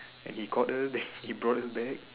and he caught us he brought us back